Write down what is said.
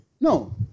No